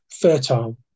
fertile